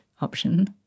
option